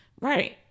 right